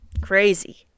Crazy